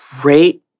great